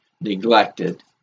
neglected